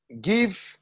give